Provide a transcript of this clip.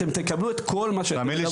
אתם תקבלו את כל מה שאתם צריכים.